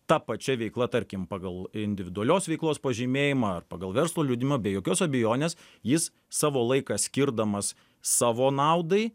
ta pačia veikla tarkim pagal individualios veiklos pažymėjimą ar pagal verslo liudijimą be jokios abejonės jis savo laiką skirdamas savo naudai